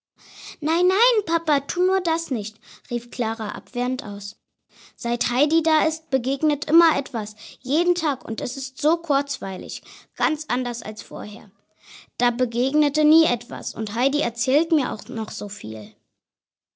nein nein papa tu nur das nicht rief klara abwehrend aus seit heidi da ist begegnet immer etwas jeden tag und es ist so kurzweilig ganz anders als vorher da begegnete nie etwas und heidi erzählt mir auch so viel